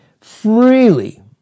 freely